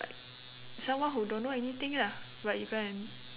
like someone who don't know anything lah but you can